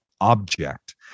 object